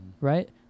right